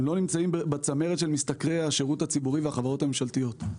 בצמרת של משתכרי השירות הציבורי והחברות הממשלתיות.